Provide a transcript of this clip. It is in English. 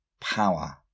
power